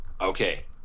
Okay